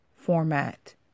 format